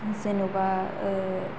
जेन'बा